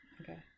Okay